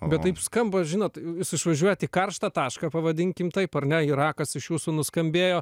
bet taip skamba žinot jūs išvažiuojat į karštą tašką pavadinkim taip ar ne irakas iš jūsų nuskambėjo